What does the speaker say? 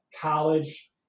college